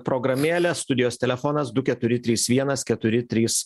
programėlė studijos telefonas du keturi trys vienas keturi trys